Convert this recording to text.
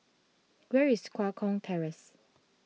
where is Tua Kong Terrace